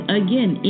again